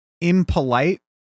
impolite